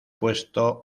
puesto